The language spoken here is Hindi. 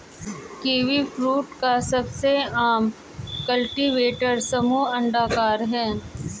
कीवीफ्रूट का सबसे आम कल्टीवेटर समूह अंडाकार है